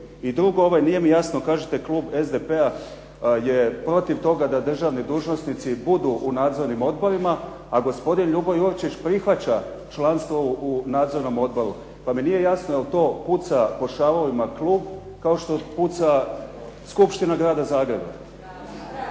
I drugo, nije mi jasno kažete klub SDP-a je protiv toga da državni dužnosnici budu u nadzornim odborima, a gospodin Ljubo Jurčić prihvaća članstvo u nadzornom odboru, pa mi nije jasno jer to puca po šavovima klub kao što puca Skupština Grada Zagreba.